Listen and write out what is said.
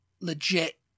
legit